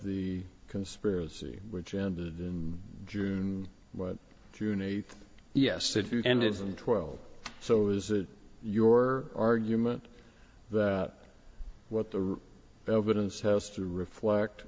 the conspiracy which ended in june but june eighth yes they do and it is and twelve so is it your argument that what the evidence has to reflect